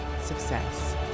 success